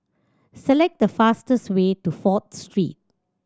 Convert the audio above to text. select the fastest way to Fourth Street